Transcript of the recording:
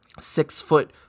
six-foot